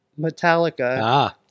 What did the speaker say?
Metallica